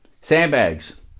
sandbags